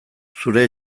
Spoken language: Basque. zure